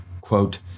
quote